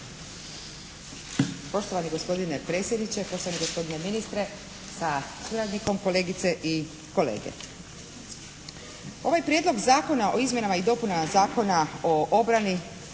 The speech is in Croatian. Poštovani gospodine predsjedniče, poštovani gospodine ministre sa suradnikom, kolegice i kolege. Ovaj Prijedlog zakona o izmjenama i dopunama Zakona o obrani